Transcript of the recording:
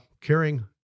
carrying